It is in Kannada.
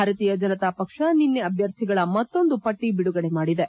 ಭಾರತೀಯ ಜನತಾಪಕ್ಷ ನಿನ್ನೆ ಅಭ್ವರ್ಧಿಗಳ ಮತ್ತೊಂದು ಪಟ್ಟಿ ಬಿಡುಗಡೆ ಮಾಡಿದೆ